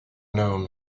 known